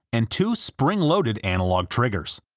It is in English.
and two spring-loaded analog triggers.